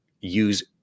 use